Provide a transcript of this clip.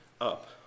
up